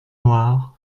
noirs